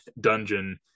dungeon